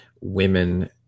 women